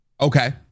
Okay